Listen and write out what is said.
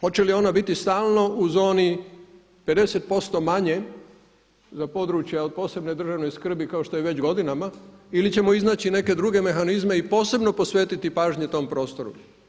Hoće li ona biti stalno u zoni 50% manje za područja od posebne državne skrbi kao što je već godinama ili ćemo iznaći neke druge mehanizme i posebno posvetiti pažnje tom prostoru.